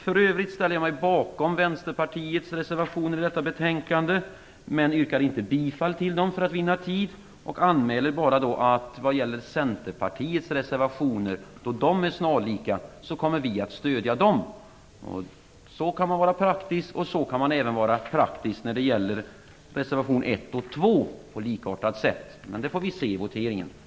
För övrigt ställer jag mig bakom Vänsterpartiets reservationer till detta betänkande, men yrkar inte bifall till dem för att vinna tid. Jag anmäler bara att då Centerpartiets reservationer är snarlika kommer vi att stödja dem. Så kan man vara praktisk, och på likartat sätt kan man även vara praktisk när det gäller reservation 1 och 2. Men det får vi se i voteringen.